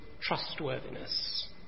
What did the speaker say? trustworthiness